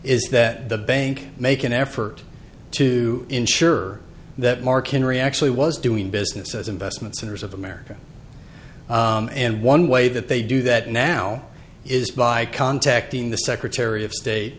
is that the bank make an effort to ensure that mark henry actually was doing business as investments and as of america and one way that they do that now is by contacting the secretary of state